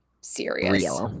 serious